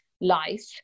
life